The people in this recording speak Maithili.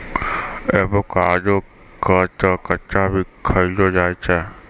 एवोकाडो क तॅ कच्चा भी खैलो जाय छै